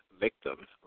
victim